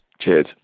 Cheers